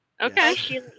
Okay